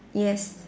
yes